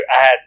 add